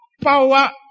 Power